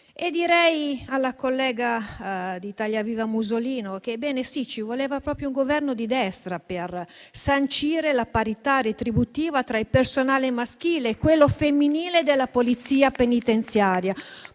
Italia Viva direi che, ebbene sì, ci voleva proprio un Governo di destra per sancire la parità retributiva tra il personale maschile e quello femminile della Polizia penitenziaria